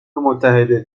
ایالاتمتحده